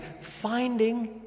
finding